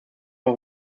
vor